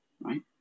right